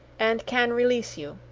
and can release you.